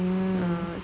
mm